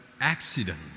Accident